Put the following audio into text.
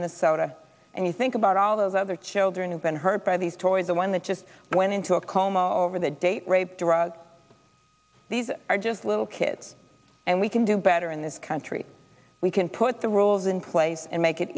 minnesota and you think about all those other children who've been hurt by these toys the one that just went into a coma over the date rape drug these are just little kids and we can do better in this country we can put the rules in place and make it